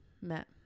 met